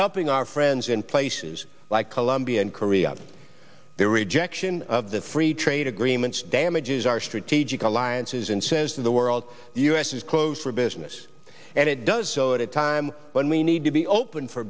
helping our friends in places like colombia and korea their rejection of the free trade agreements damages our strategic alliances and says to the world the us is close for business and it does so at a time when we need to be open for